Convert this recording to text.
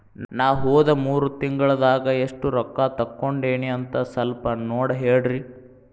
ನಾ ಹೋದ ಮೂರು ತಿಂಗಳದಾಗ ಎಷ್ಟು ರೊಕ್ಕಾ ತಕ್ಕೊಂಡೇನಿ ಅಂತ ಸಲ್ಪ ನೋಡ ಹೇಳ್ರಿ